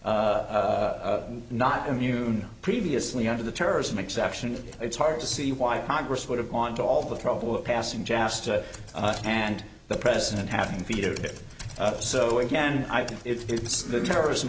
been not immune previously under the terrorism exception it's hard to see why congress would have gone to all the trouble of passing jasta and the president having vetoed it so again i think it's the terrorism